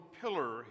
pillar